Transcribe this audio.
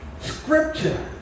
Scripture